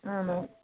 ஆமாம்